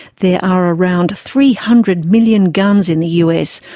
there are around three hundred million guns in the us,